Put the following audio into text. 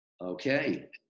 Okay